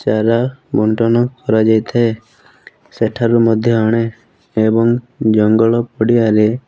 ଚାରା ବଣ୍ଟନ କରାଯାଇଥାଏ ସେଠାରୁ ମଧ୍ୟ ଆଣେ ଏବଂ ଜଙ୍ଗଲ ପଡ଼ିଆରେ